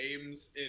games